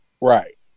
right